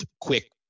quick